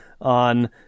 on